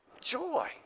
Joy